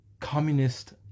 communist